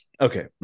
Okay